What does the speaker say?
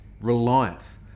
reliance